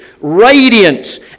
radiant